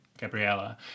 Gabriella